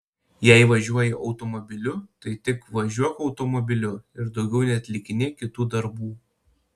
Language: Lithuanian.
jei važiuoji automobiliu tai tik važiuok automobiliu ir daugiau neatlikinėk kitų darbų